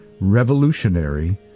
revolutionary